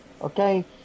Okay